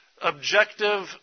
objective